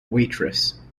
waitress